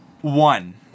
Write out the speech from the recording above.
one